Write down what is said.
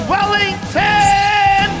Wellington